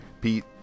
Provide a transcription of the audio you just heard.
Pete